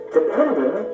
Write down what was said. depending